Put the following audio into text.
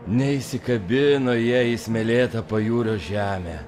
neįsikabina jie į smėlėtą pajūrio žemę